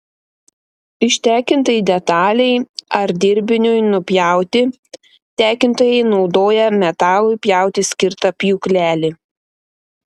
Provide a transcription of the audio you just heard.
ištekintai detalei ar dirbiniui nupjauti tekintojai naudoja metalui pjauti skirtą pjūklelį